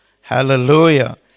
Hallelujah